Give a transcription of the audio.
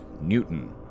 Newton